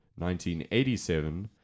1987